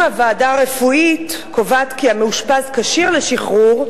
אם הוועדה הרפואית קובעת כי המאושפז כשיר לשחרור,